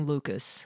Lucas